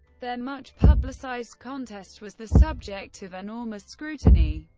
their much-publicized contest was the subject of enormous scrutiny.